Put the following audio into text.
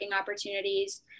opportunities